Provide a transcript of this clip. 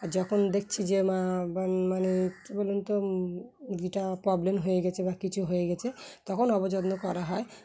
আর যখন দেখছি যে মা মানে কি বলুন তো মুরগিটার প্রবলেম হয়ে গেছে বা কিছু হয়ে গেছে তখন যত্ন করা হয়